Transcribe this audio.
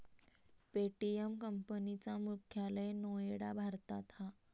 Paytm company चा मुख्यालय नोएडा भारतात हा